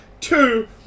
Two